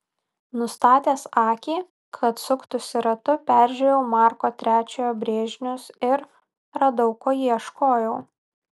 nustatęs akį kad suktųsi ratu peržiūrėjau marko iii brėžinius ir radau ko ieškojau